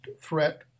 threat